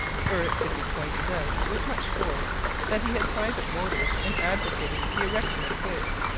for it could be pointed out with much force that he had private motives in advocating the erection of forts.